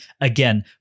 Again